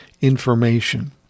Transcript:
information